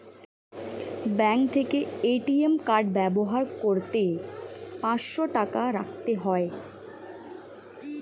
bank থেকে ATM card ব্যবহার করতে পাঁচশো টাকা রাখতে হয়